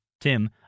Tim